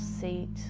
seat